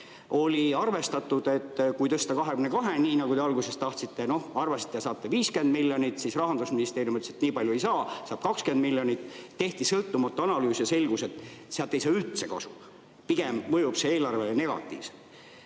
oli arvestatud, et kui tõsta 22‑ni, nagu te alguses tahtsite, saate 50 miljonit. Siis Rahandusministeerium ütles, et nii palju ei saa, saab 20 miljonit. Tehti sõltumatu analüüs ja selgus, et sealt ei saa üldse kasu. Pigem mõjub see eelarvele negatiivselt.